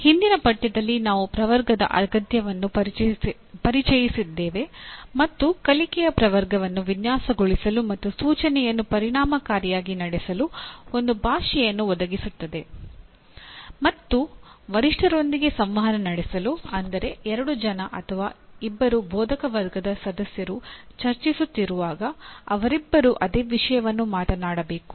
ಹಿಂದಿನ ಪಠ್ಯದಲ್ಲಿ ನಾವು ಪ್ರವರ್ಗದ ಅಗತ್ಯವನ್ನು ಪರಿಚಯಿಸಿದ್ದೇವೆ ಮತ್ತು ಕಲಿಕೆಯ ಪ್ರವರ್ಗವನ್ನು ವಿನ್ಯಾಸಗೊಳಿಸಲು ಮತ್ತು ಸೂಚನೆಯನ್ನು ಪರಿಣಾಮಕಾರಿಯಾಗಿ ನಡೆಸಲು ಒಂದು ಭಾಷೆಯನ್ನು ಒದಗಿಸುತ್ತದೆ ಮತ್ತು ವರಿಷ್ಠರೊಂದಿಗೆ ಸಂವಹನ ನಡೆಸಲು ಅಂದರೆ ಎರಡು ಜನ ಅಥವಾ ಇಬ್ಬರು ಬೋಧಕವರ್ಗದ ಸದಸ್ಯರು ಚರ್ಚಿಸುತ್ತಿರುವಾಗ ಅವರಿಬ್ಬರೂ ಅದೇ ವಿಷಯವನ್ನು ಮಾತನಾಡಬೇಕು